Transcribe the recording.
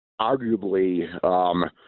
arguably